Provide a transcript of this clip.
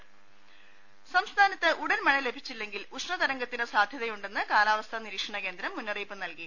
ദ്രി സംസ്ഥാനത്ത് ഉടൻ മഴ ലഭിച്ചില്ലെങ്കീൽ ഉഷ്ണതരംഗത്തിന് സാധ്യതയുണ്ടെന്ന് കാലാവസ്ഥാ നിരീക്ഷണ കേന്ദ്രം മുന്നറിയിപ്പ് നൽകി